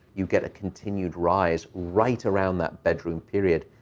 you get a continued rise right around that bedroom period.